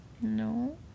No